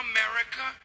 America